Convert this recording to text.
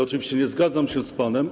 Oczywiście nie zgadzam się z panem.